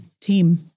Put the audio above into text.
team